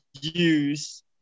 use